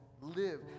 Live